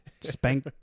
spank